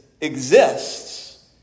exists